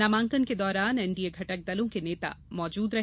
नामांकन के दौरान एनडीए घटक दलों के नेता मौजूद रहे